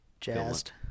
jazzed